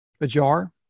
ajar